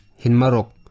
hinmarok